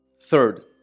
third